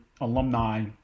alumni